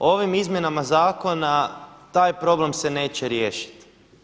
Ovim izmjenama zakona taj problem se neće riješiti.